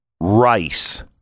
rice